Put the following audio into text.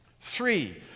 Three